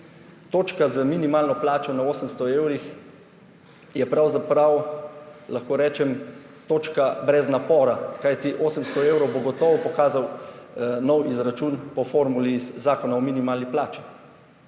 točka z minimalno plačo na 800 evrih, je pravzaprav, lahko rečem, točka brez napora. Kajti 800 evrov bo gotovo pokazal nov izračun po formuli iz Zakona o minimalni plači,